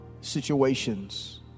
situations